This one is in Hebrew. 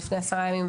לפני עשרה ימים,